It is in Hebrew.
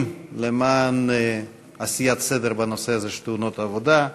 למען עשיית סדר בנושא הזה של תאונות עבודה.